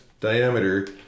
diameter